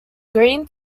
green